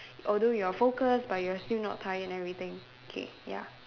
although you are focused but you are still not tired and everything okay ya